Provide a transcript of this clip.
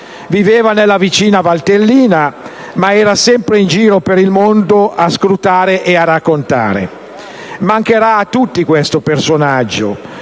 Viveva nella vicina Valtellina, ma era sempre in giro per il mondo a scrutare e raccontare. Mancherà a tutti questo personaggio,